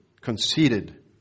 Conceited